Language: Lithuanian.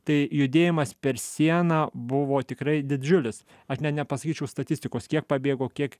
tai judėjimas per sieną buvo tikrai didžiulis aš ne nepasakyčiau statistikos kiek pabėgo kiek